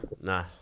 nah